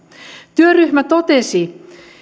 työryhmä totesi